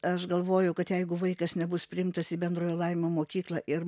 aš galvoju kad jeigu vaikas nebus priimtas į bendrojo lavinimo mokyklą ir